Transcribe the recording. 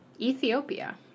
Ethiopia